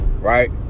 right